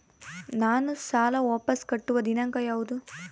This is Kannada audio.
ನಾನು ಸಾಲ ವಾಪಸ್ ಕಟ್ಟುವ ದಿನಾಂಕ ಯಾವುದು?